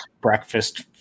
Breakfast